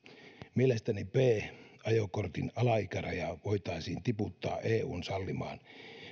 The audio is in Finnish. mielestäni b ajokortin alaikärajaa voitaisiin tiputtaa eun sallimaan